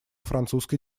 французской